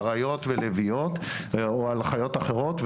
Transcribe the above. אריות ולביאות או על חיות אחרות,